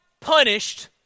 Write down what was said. punished